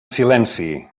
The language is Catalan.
silenci